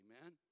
amen